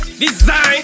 Design